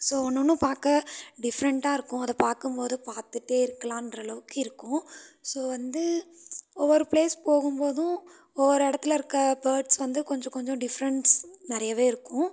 so ஒன்றும் ஒன்றும் பார்க்க டிஃப்ரெண்ட்டாக இருக்கும் அதை பார்க்கும்போது பார்த்துட்டே இருக்கலான்ற அளவுக்கு இருக்கும் ஸோ வந்து ஒவ்வொரு ப்ளேஸ் போகும்போதும் ஒவ்வொரு இடத்துல இருக்க பேர்ட்ஸ் வந்து கொஞ்சம் கொஞ்சம் டிஃப்ரெண்ட்ஸ் நிறையவே இருக்கும்